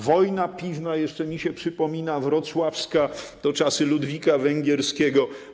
Wojna piwna jeszcze mi się przypomina, wrocławska, to czasy Ludwika Węgierskiego.